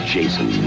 Jason